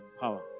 power